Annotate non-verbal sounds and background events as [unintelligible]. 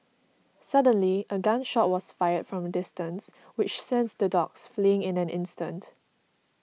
suddenly a gun shot was fired from a distance which [unintelligible] the dogs fleeing in an instant